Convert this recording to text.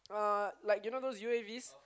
uh like you know those U_A_V